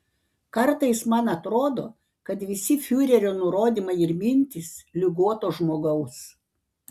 kartais man atrodo kad visi fiurerio nurodymai ir mintys ligoto žmogaus